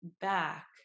back